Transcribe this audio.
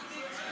לא נישן בלילה.